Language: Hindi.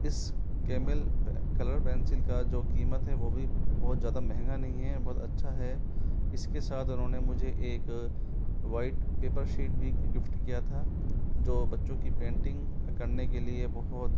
इस कैमेल कलर पेंसिल का जो कीमत है वह भी बहुत ज़्यादा महंगा नहीं हैं बहुत अच्छा है इसके साथ उन्होंने मुझे एक वाइट पेपर शीट भी गिफ्ट किया था जो बच्चों की पेंटिंग करने के लिए बहुत